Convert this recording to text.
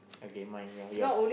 okay mine your yours